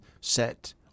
set